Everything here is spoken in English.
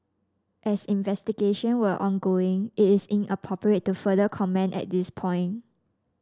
as investigation were ongoing it is inappropriate to further comment at this point